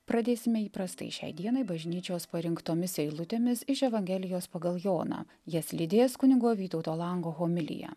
pradėsime įprastai šiai dienai bažnyčios parinktomis eilutėmis iš evangelijos pagal joną jas lydės kunigo vytauto lango homilija